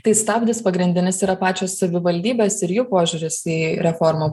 tai stabdis pagrindinis yra pačios savivaldybės ir jų požiūris į reformą